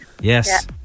yes